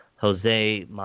Jose